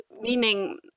meaning